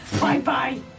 Bye-bye